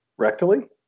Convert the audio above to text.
rectally